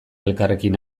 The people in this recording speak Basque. elkarrekin